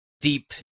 deep